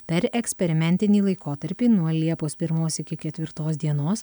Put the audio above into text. per eksperimentinį laikotarpį nuo liepos pirmos iki ketvirtos dienos